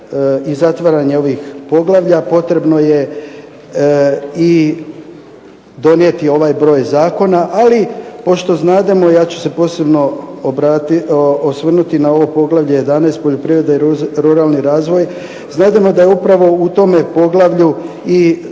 i zatvaranje ovih poglavlja potrebno je i donijeti ovaj broj zakona. Ali pošto znademo ja ću se posebno osvrnuti na ovo poglavlje 11. – Poljoprivreda i ruralni razvoj, znamo da je u tome poglavlju